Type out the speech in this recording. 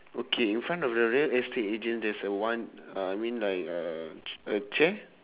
okay in front of the real estate agent there's a one uh I mean like a a chair